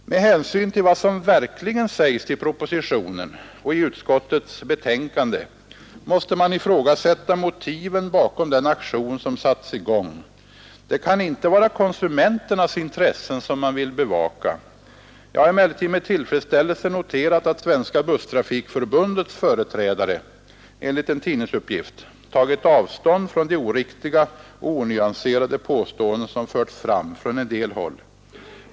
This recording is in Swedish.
Med hänsyn till vad som verkligen sägs i propositionen och i utskottets betänkande måste man ifrågasätta motiven bakom den aktion som satts i gång. Det kan inte vara konsumenternas intressen som man vill bevaka. Jag har emellertid med tillfredsställelse noterat att Svenska busstrafikförbundets företrädare enligt en tidningsuppgift tagit avstånd från de oriktiga och onyanserade påståenden som förts fram från en del håll.